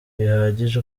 bihagije